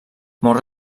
molt